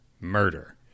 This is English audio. murder